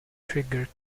trigger